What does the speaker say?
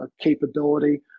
capability